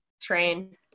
train